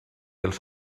els